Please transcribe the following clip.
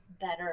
better